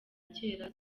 kera